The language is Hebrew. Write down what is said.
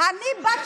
בין 17%